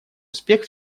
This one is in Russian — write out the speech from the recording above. успех